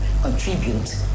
contribute